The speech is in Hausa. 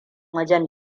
wajen